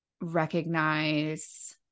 recognize